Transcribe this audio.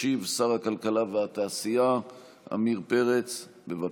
ישיב שר הכלכלה והתעשייה עמיר פרץ, בבקשה.